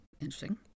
Interesting